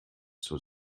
zur